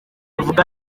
bavuga